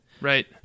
right